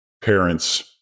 parents